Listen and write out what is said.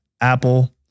Apple